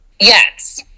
yes